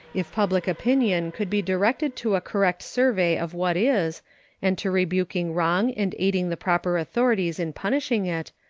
if public opinion could be directed to a correct survey of what is and to rebuking wrong and aiding the proper authorities in punishing it,